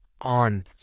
on